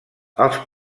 els